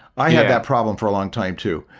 i had that problem for a long time too.